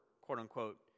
quote-unquote